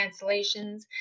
cancellations